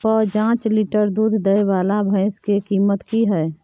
प जॉंच लीटर दूध दैय वाला भैंस के कीमत की हय?